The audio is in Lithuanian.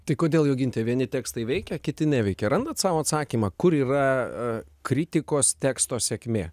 tai kodėl joginte vieni tekstai veikia kiti neveikia randat sau atsakymą kur yra a kritikos teksto sėkmė